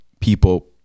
people